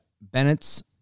Bennett's